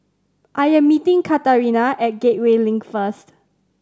I am meeting Katharina at Gateway Link first